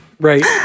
Right